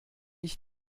ich